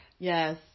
Yes